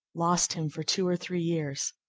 lost him for two or three years.